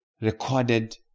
recorded